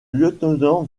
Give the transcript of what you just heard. lieutenant